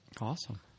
Awesome